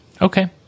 Okay